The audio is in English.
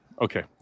Okay